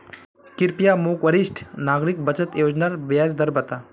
कृप्या मोक वरिष्ठ नागरिक बचत योज्नार ब्याज दर बता